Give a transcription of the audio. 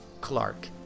Clark